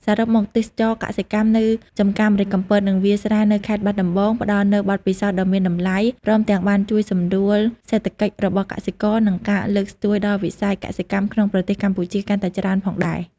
សរុបមក ទេសចរណ៍កសិកម្មនៅចម្ការម្រេចកំពត និងវាលស្រែនៅខេត្តបាត់ដំបង ផ្តល់នូវបទពិសោធន៍ដ៏មានតម្លៃ ព្រមទាំងបានជួយសម្រួលសេដ្ឋកិច្ចរបស់កសិករ និងការលើកស្ទួយដល់វិស័យកសិកម្មក្នុងប្រទេសកម្ពុជាកាន់តែច្រើនផងដែរ ។